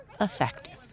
effective